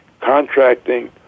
contracting